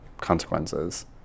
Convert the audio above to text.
consequences